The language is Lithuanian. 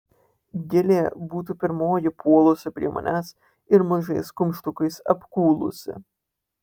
gilė būtų pirmoji puolusi prie manęs ir mažais kumštukais apkūlusi